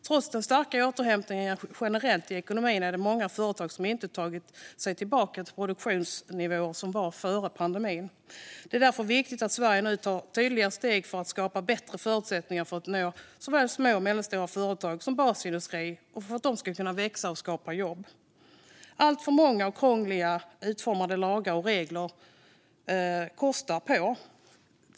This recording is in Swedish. Trots den starka återhämtningen generellt i ekonomin är det många företag som inte har tagit sig tillbaka till produktionsnivån före pandemin. Det är därför viktigt att Sverige nu tar tydliga steg för att skapa bättre förutsättningar för att nå såväl små och medelstora företag som basindustrin så att de kan växa och skapa jobb. Alltför många och krångligt utformade lagar och regler kostar på.